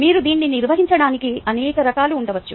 మీరు దీన్ని నిర్వహించడానికి అనేక రకాలు ఉండవచ్చు